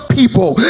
people